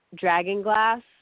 dragonglass